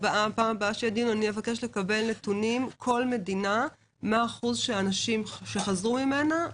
אני אבקש לקבל נתונים כל מדינה מה אחוז החולים שחזרו ממנה.